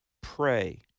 pray